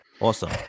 Awesome